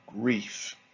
grief